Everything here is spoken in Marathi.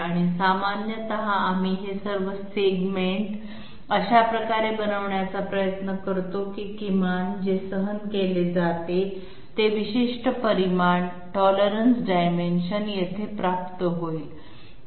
आणि सामान्यतः आम्ही हे सर्व सेगमेंट विभाग अशा प्रकारे बनवण्याचा प्रयत्न करतो की किमान जे सहन केले जाते ते विशिष्ट परिमाण टॉलरेटेड डायमेन्शन येथे प्राप्त होईल